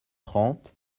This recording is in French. trente